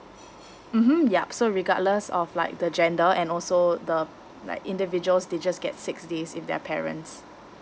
mmhmm yup so regardless of like the gender and also the like individuals they just get six days if they're parents